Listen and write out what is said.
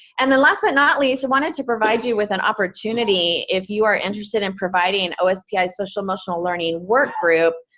and then last but not least, i wanted to provide you with an opportunity, if you are interested in providing ospi's social-emotional learning work group,